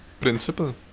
Principal